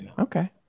Okay